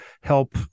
help